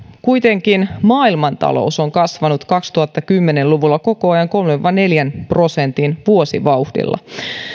kuitenkin maailmantalous on kasvanut kaksituhattakymmenen luvulla koko ajan kolmen viiva neljän prosentin vuosivauhdilla